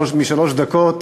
הרבה פחות משלוש דקות